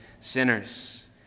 sinners